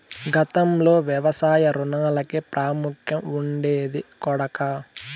గతంలో వ్యవసాయ రుణాలకే ప్రాముఖ్యం ఉండేది కొడకా